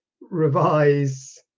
revise